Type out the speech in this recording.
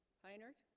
hi nerd